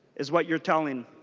is what you are telling